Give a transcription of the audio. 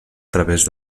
través